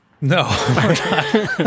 No